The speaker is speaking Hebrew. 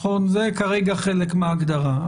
זה כרגע חלק מההגדרה.